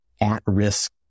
at-risk